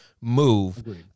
move